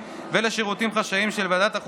וחברי ועדת המשנה למודיעין ולשירותים